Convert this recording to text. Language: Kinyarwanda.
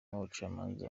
abacamanza